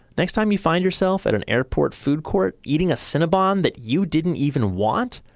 next time you find yourself at an airport food court eating a cinnabon that you didn't even want,